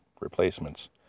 replacements